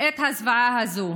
את הזוועה הזאת.